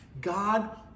God